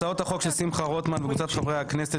הצעות החוק של שמחה רוטמן וקבוצת חברי הכנסת,